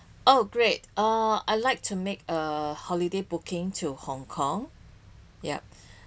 oh great uh I like to make a holiday booking to Hong-Kong yup